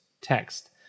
text